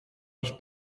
als